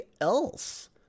else